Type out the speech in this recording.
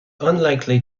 unlikely